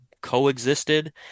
coexisted